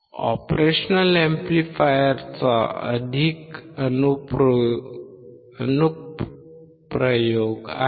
operational एम्पलीफायरचे अधिक अनुप्रयोग आहेत